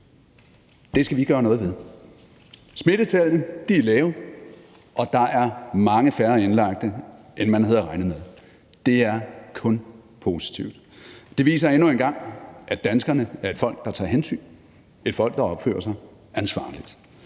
Det skal vi gøre noget ved. Smittetallene er lave, og der er mange færre indlagte, end man havde regnet med. Det er kun positivt. Det viser endnu engang, at danskerne er et folk, der tager hensyn, et folk, der opfører sig ansvarligt,